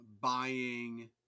buying